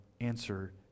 answer